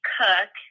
cook